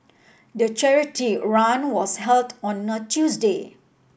the charity run was held on a Tuesday